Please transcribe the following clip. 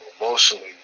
emotionally